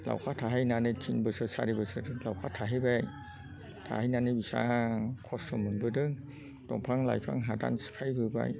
लावखार थाहैनानै थिन बोसोर सारि बोसोर लावखार थाहैबाय थाहैनानै बिसां खस्थ' मोनबोदों दंफां लाइफां हादान सिफायबोबाय